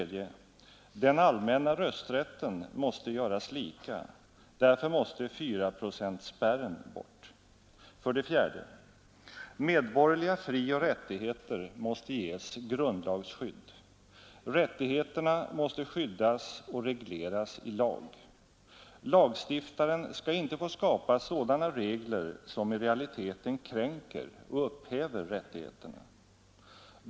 Den allmänna rösträtten måste göras lika. Därför måste fyraprocentspärren bort. 4. Medborgerliga frioch rättigheter måste ges grundlagsskydd. Rättigheterna måste skyddas och regleras i lag, Lagstiftaren skall inte få skapa sådana regler som i realiteten kränker och upphäver rättigheterna.